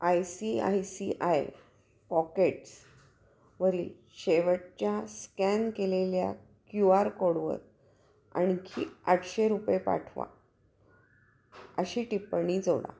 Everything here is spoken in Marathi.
I C I C I pockets वरील शेवटच्या स्कॅन केलेल्या क्यू आर कोडवर आणखी आठशे रुपये पाठवा अशी टिप्पणी जोडा